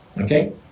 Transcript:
Okay